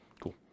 Cool